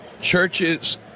churches